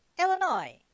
Illinois